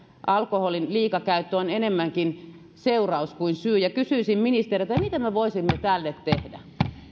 alkoholin liikakäyttö on enemmänkin seuraus kuin syy kysyisin ministeriltä mitä me voisimme tälle tehdä